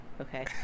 Okay